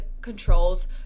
controls